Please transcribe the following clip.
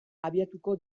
abiatuko